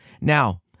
Now